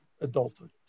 adulthood